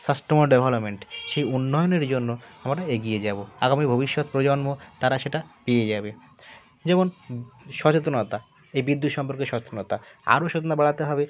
স্বাস্থ্যময় development সেই উন্নয়নের জন্য আমরা এগিয়ে যাব আগামী ভবিষ্যত প্রজন্ম তারা সেটা পেয়ে যাবে যেমন সচেতনতা এই বিদ্যুৎ সম্পর্কে সচেতনতা আরো সচেতনতা বাড়াতে হবে